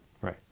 Right